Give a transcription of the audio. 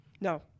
No